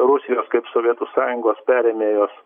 rusijos kaip sovietų sąjungos perėmėjos